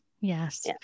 Yes